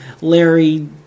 Larry